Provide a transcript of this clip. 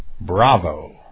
Bravo